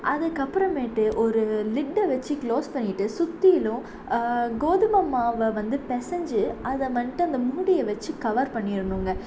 அதுக்கு அப்புறமேட்டு ஒரு லிட்டை வச்சு க்ளோஸ் பண்ணிட்டு சுற்றிலும் கோதுமை மாவை வந்து பெசைஞ்சு அதை மட்டும் அந்த மூடியை வச்சு கவர் பண்ணிடுனுங்க